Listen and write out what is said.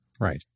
Right